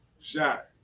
Shot